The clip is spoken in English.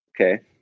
okay